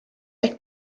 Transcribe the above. ehk